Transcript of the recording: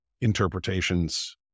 interpretations